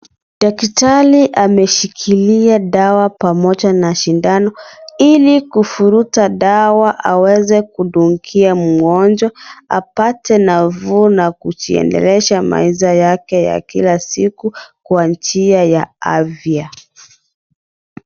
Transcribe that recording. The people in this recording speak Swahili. Daktari ameshikilia dawa pamoja na sindano, ili kuvuruta dawa aweze kundungia mgonjwa, apate nafuu na kujiendeleza maisha yake ya kila siku kwa njia ya afya.